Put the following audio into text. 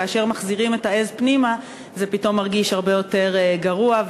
כאשר מחזירים את העז פנימה זה פתאום מרגיש הרבה יותר גרוע,